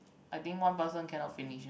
I think one person cannot finish ah